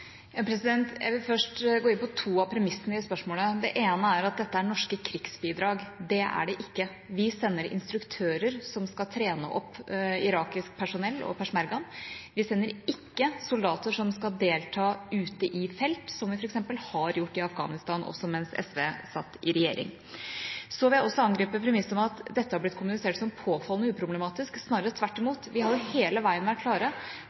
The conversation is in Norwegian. Jeg vil først gå inn på to av premissene i spørsmålet. Det ene er at dette er norske krigsbidrag. Det er det ikke. Vi sender instruktører som skal trene opp irakisk personell og peshmergaen. Vi sender ikke soldater som skal delta ute i felt, som vi f.eks. har gjort i Afghanistan, også mens SV satt i regjering. Så vil jeg også angripe premisset om at dette har blitt kommunisert som «påfallende uproblematisk». Snarere tvert imot, vi har hele veien vært klare